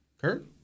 Kurt